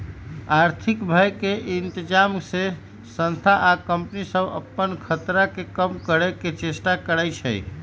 आर्थिक भय के इतजाम से संस्था आ कंपनि सभ अप्पन खतरा के कम करए के चेष्टा करै छै